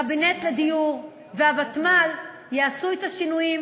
הקבינט לדיור והוותמ"ל יעשו את השינויים